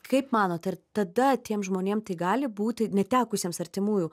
kaip manot ar tada tiem žmonėm gali būti netekusiems artimųjų